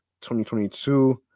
2022